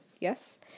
Yes